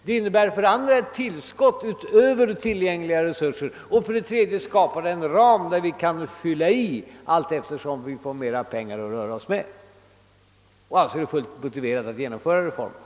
Det betyder för det andra ett tillskott utöver tillgängliga resurser, och för det tredje skapar det en ram som vi kan fylla i, allteftersom vi får mera pengar att röra oss med. Alltså är det fullt motiverat att genomföra reformen.